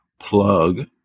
plug